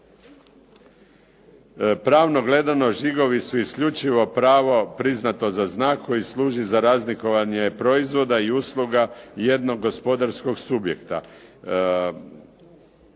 Pravno gledano žigovi su isključivo pravo priznato za znak koji služi za razlikovanje proizvoda i usluga jednog gospodarskog subjekta.